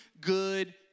good